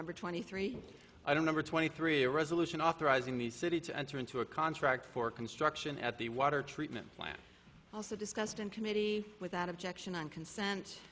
number twenty three i don't know were twenty three a resolution authorizing the city to enter into a contract for construction at the water treatment plant also discussed in committee without objection on consent